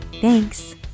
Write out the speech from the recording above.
Thanks